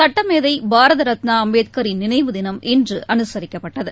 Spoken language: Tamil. சட்டமேதைபாரதரத்னாஅம்பேத்கரின் நினைவு தினம் இன்றுஅனுசரிக்கப்பட்டது